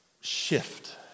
shift